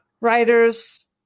writers